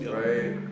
right